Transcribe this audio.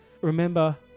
remember